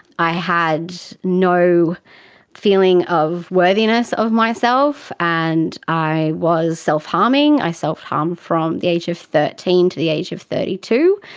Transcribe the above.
i had no feeling of worthiness of myself, and i was self-harming. i self-harmed from the age of thirteen to the age of thirty two.